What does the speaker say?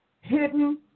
hidden